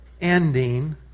ending